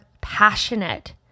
passionate